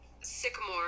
Sycamore